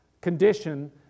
condition